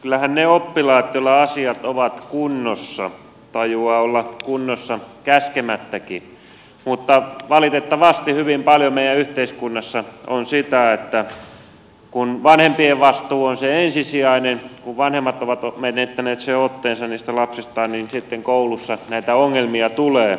kyllähän ne oppilaat joilla asiat ovat kunnossa tajuavat olla kunnolla käskemättäkin mutta valitettavasti hyvin paljon meidän yhteiskunnassamme on sitä että kun vanhempien vastuu on se ensisijainen kun vanhemmat ovat menettäneet sen otteensa niistä lapsistaan niin sitten koulussa näitä ongelmia tulee